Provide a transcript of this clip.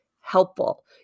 helpful